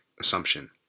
assumption